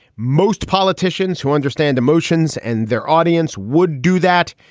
most politicians who understand emotions and their audience would do that.